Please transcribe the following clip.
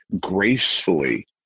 gracefully